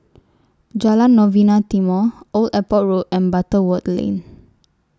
Jalan Novena Timor Old Airport Road and Butterworth Lane